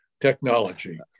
technology